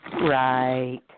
right